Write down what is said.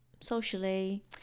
socially